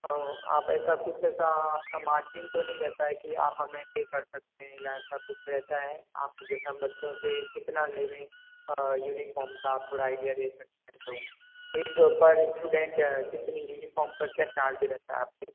और आप ऐसा कुछ ऐसा आपका मार्जिन तो नहीं रहता है कि आप हमें पै कर सकते हैं या ऐसा कुछ रहता है आप जैसे हम बच्चों से कितना लेवें यूनिफाॅर्म का आप थोड़ा आइडिया दे सकते हैं तो तो एक पर स्टूडेंट कितनी यूनिफाॅर्म का क्या चार्ज रहता है आपके